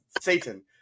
satan